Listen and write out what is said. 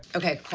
okay,